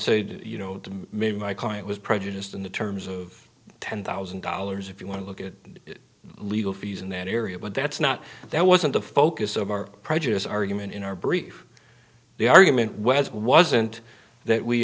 say you know maybe my client was prejudiced in the terms of ten thousand dollars if you want to look at legal fees in that area but that's not that wasn't the focus of our prejudice argument in our brief the argument well as it wasn't that we